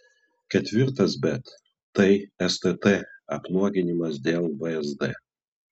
ketvirtas bet tai stt apnuoginimas dėl vsd